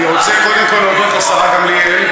רוצה קודם כול להודות לשרה גמליאל,